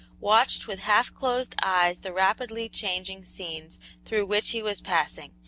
watched with half-closed eyes the rapidly changing scenes through which he was passing,